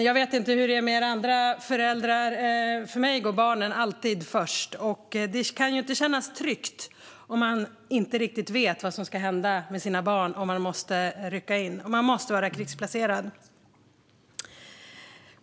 Jag vet inte hur det är med er andra som är föräldrar, men för mig går barnen alltid först. Det kan ju inte kännas tryggt om man inte riktigt vet vad som ska hända med barnen om man måste rycka in och måste vara krigsplacerad.